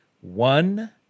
one